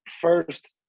first